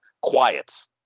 quiets